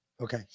Okay